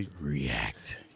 react